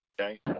okay